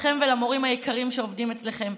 לכם ולמורים היקרים שעובדים אצלכם,